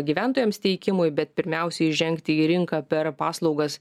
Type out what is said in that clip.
gyventojams teikimui bet pirmiausia įžengti į rinką per paslaugas